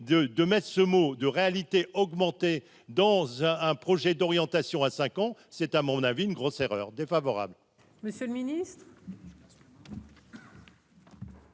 de Maistre ce mot de réalité augmentée dans un un projet d'orientation à 5 ans c'est à mon avis une grosse erreur défavorable.